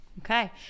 Okay